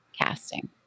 casting